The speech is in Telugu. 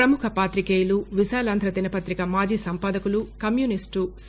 ప్రముఖ పాతికేయులు విశాలాంధ్ర దినపతిక మాజీ సంపాదకులు కమ్యూనిస్టు వాది సి